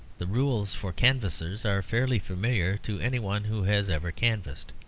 the rules for canvassers are fairly familiar to any one who has ever canvassed.